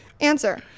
Answer